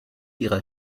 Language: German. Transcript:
ihre